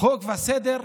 חוק וסדר.